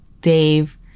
Dave